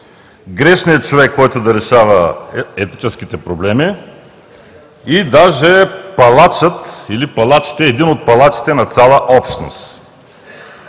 „грешният човек, който да решава етническите проблеми“ и даже „палачът“ или „един от палачите“ на цяла общност.